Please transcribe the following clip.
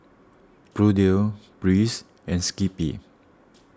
Bluedio Breeze and Skippy